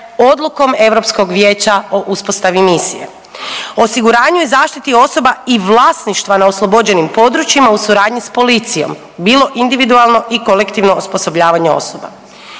Odlukom Europskog vijeća o uspostavi misije, osiguranju i zaštiti osoba i vlasništva nad oslobođenim područjima u suradnji s policijom bilo individualno i kolektivno osposobljavanje osoba,